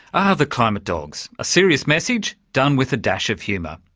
ah, the climate dogs, a serious message done with a dash of humour.